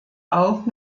auch